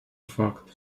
факт